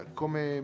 come